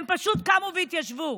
הם פשוט קמו והתיישבו,